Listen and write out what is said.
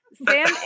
Sam